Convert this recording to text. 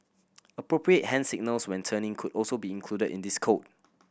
appropriate hand signals when turning could also be included in this code